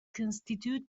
constituted